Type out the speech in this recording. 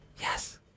yes